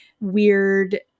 weird